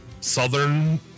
southern